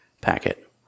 packet